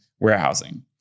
warehousing